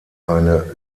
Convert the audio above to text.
eine